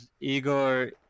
igor